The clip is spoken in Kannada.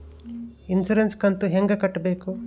ಇನ್ಸುರೆನ್ಸ್ ಕಂತು ಹೆಂಗ ಕಟ್ಟಬೇಕು?